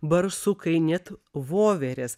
barsukai net voverės